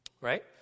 Right